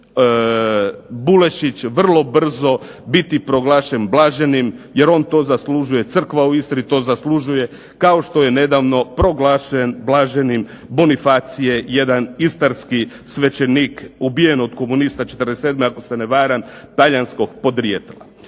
Bulešić vrlo brzo biti proglašen blaženim, jer on to zaslužuje, crkva u Istri to zaslužuje, kao što je nedavno proglašen blaženim Bonifacije jedan istarski svećenik ubijen od komunista '47. ako se ne varam, talijanskog podrijetla.